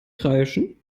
kreischen